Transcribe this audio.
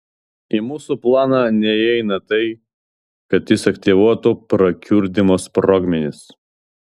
į mūsų planą neįeina tai kad jis aktyvuotų prakiurdymo sprogmenis